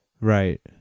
Right